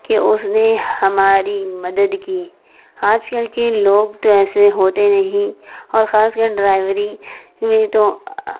کہ اس نے ہماری مدد کی آج کل کے لوگ تو ایسے ہوتے نہیں اور خاص کر ڈرائیوری میں تو